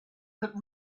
but